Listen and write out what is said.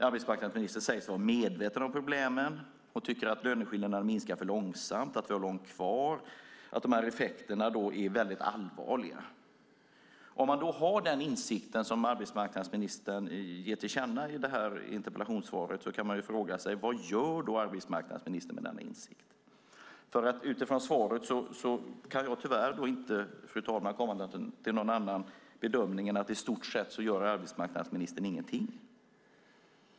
Arbetsmarknadsministern säger sig var medveten om problemen och tycker att löneskillnaderna minskar för långsamt, att vi har långt kvar och att dessa effekter är allvarliga. Om arbetsmarknadsministern har den insikt som hon ger till känna i detta interpellationssvar kan man fråga vad arbetsmarknadsministern gör med denna insikt. Utifrån svaret kan jag tyvärr inte komma fram till någon annan bedömning än att arbetsmarknadsministern i stort sett inte gör någonting.